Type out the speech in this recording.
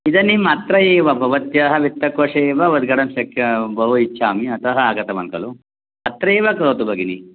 इदानीम् अत्र एव भवत्याः वित्तकोषे एव वर्गणं शक्यं बहु इच्छामि अतः आगतवान् खलु अत्रैव करोतु भगिनी